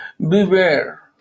beware